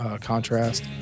contrast